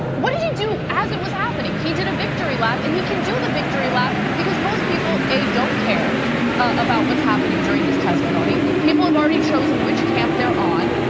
what did he do as it was happening? he did a victory lap, and he can do the victory lap because most people, a, don't care about what's happening during this testimony. people have already chosen which camp they're on.